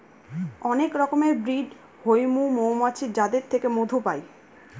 অনেক রকমের ব্রিড হৈমু মৌমাছির যাদের থেকে মধু পাই